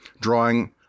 drawing